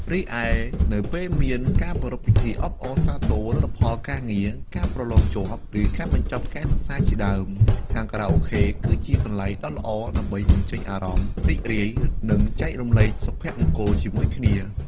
រីឯ នៅពេលមានការប្រារព្ធពិធីអបអរសារទរលទ្ធផលការងារ ការប្រឡងជាប់ ឬការបញ្ចប់ការសិក្សាជាដើម ហាងខារ៉ាអូខេគឺជាកន្លែងដ៏ល្អដើម្បីបញ្ចេញអារម្មណ៍រីករាយ និងចែករំលែកសុភមង្គលជាមួយគ្នា។